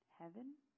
Heaven